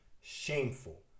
Shameful